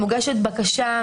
מוגשת בקשה.